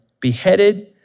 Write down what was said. beheaded